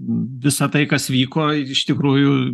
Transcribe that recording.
visa tai kas vyko iš tikrųjų